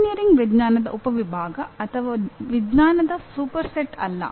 engineering ವಿಜ್ಞಾನದ ಉಪವಿಭಾಗ ಅಥವಾ ವಿಜ್ಞಾನದ ಸೂಪರ್ಸೆಟ್ ಅಲ್ಲ